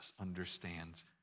understands